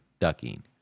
ducking